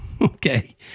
Okay